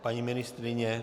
Paní ministryně?